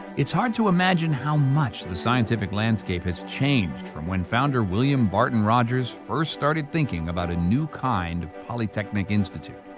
it's hard to imagine how much the scientific landscape has changed from when founder william barton rogers first started thinking about a new kind of polytechnic institute.